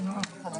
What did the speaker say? ננעלה בשעה